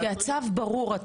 כי צו הצו ברור.